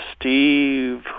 Steve